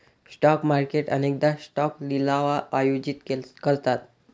stock market अनेकदा stock लिलाव आयोजित करतात